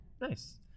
Nice